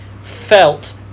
felt